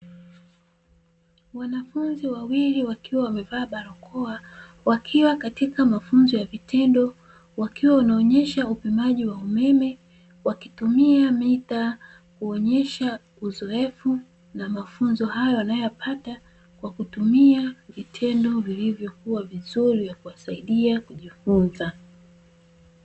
Wanafunzi wawili wakiwa wamevaa barakoa wakiwa katika mafunzo ya vitendo, wakiwa wanaonyesha upimaji wa umeme, wakitumia mita kuonyesha uzoefu na mafunzo hayo wanayoyapata, kwa kutumia vitendo vilivyokuwa vizuri vya kuwasaidia kujifunza.